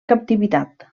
captivitat